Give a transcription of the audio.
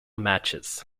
matches